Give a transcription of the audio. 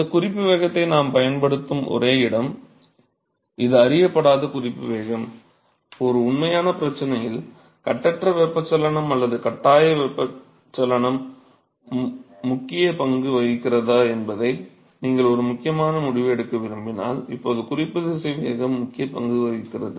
இந்த குறிப்பு வேகத்தை நாம் பயன்படுத்தும் ஒரே இடம் இது அறியப்படாத குறிப்பு வேகம் ஒரு உண்மையான பிரச்சனையில் கட்டற்ற வெப்பச்சலனம் அல்லது கட்டாயச் சலனம் முக்கியப் பங்கு வகிக்கிறதா என்பதை நீங்கள் ஒரு முக்கியமான முடிவை எடுக்க விரும்பினால் இப்போது குறிப்புத் திசைவேகம் முக்கியப் பங்கு வகிக்கிறது